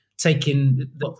taking